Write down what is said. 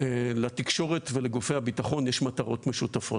לתקשורת ולגופי הביטחון יש מטרות משותפות.